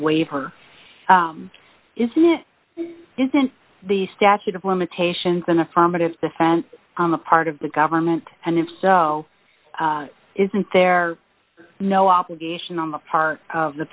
waiver isn't it isn't the statute of limitations an affirmative defense on the part of the government and if so isn't there no obligation on the part of the